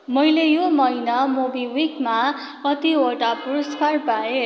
मैले यो महिना मोबिविकमा कतिवटा पुरस्कार पाएँ